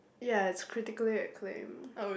ya it's critically acclaimed